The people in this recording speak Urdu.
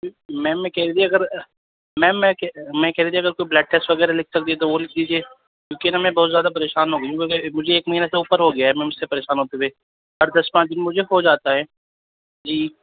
میم میں کہہ رہی تھی اگر میم میں میں کہہ رہی تھی اگر کوئی بلڈ ٹیسٹ وغیرہ لکھ کر دیے تو وہ لکھ دیجیے کیوںکہ نا میں زیادہ بہت پریشان ہو گئی ہوں مجھے ایک مہینے سے اوپر ہو گیا ہے میم اس سے پریشان ہوتے ہوئے ہر دس پانچ دن میں مجھے ہو جاتا ہے پلیز